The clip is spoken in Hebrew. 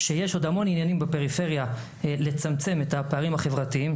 שיש עוד המון עניינים בפריפריה לצמצם את הפערים החברתיים,